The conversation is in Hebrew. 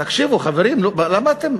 תקשיבו, חברים, למה אתם,